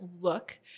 look